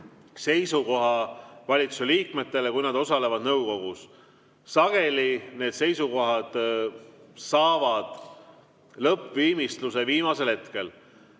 seisukoha valitsuse liikmetele, kui nad osalevad nõukogus. Sageli need seisukohad saavad lõppviimistluse viimasel hetkel.